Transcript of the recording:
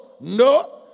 no